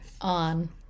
on